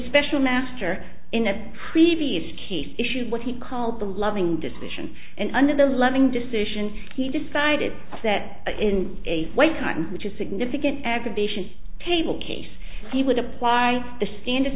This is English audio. special master in a previous case issued what he called the loving decision and under the loving decision he decided that in a white cotton which is significant aggravation table case he would apply the standard